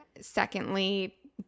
secondly